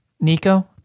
Nico